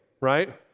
right